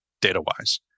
data-wise